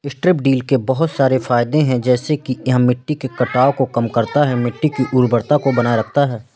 strip till के बहुत सारे फायदे हैं जैसे कि यह मिट्टी के कटाव को कम करता है, मिट्टी की उर्वरता को बनाए रखता है